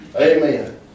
Amen